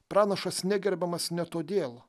pranašas negerbiamas ne todėl